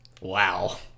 Wow